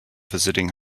visiting